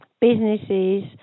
businesses